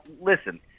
listen